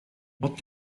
what